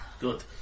Good